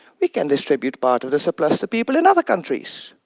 we can distribute part of the surplus to people in other countries.